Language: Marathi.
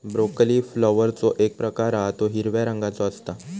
ब्रोकली फ्लॉवरचो एक प्रकार हा तो हिरव्या रंगाचो असता